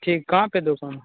ठीक कहाँ पर दुकान है